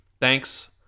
Thanks